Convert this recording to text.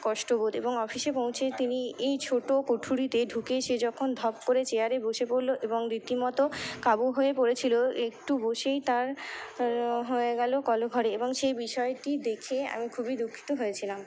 কষ্টবোধ এবং অফিসে পৌঁছে তিনি এই ছোটো কুঠুরিতে ঢুকে সে যখন ধপ করে চেয়ারে বসে পড়ল এবং রীতিমতো কাবু হয়ে পড়েছিলো একটু বসেই তার হয়ে গেলো কলঘরে এবং সেই বিষয়টি দেখে আমি খুবই দুঃখিত হয়েছিলাম